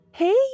Hey